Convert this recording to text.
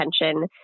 attention